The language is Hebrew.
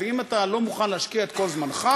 ואם אתה לא מוכן להשקיע את כל זמנך,